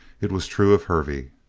it was true of hervey.